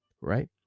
right